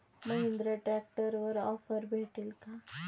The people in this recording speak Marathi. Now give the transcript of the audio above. महिंद्रा ट्रॅक्टरवर ऑफर भेटेल का?